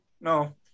no